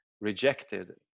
rejected